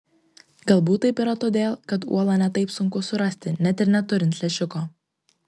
galbūt taip yra todėl kad uolą ne taip sunku surasti net ir neturint lęšiuko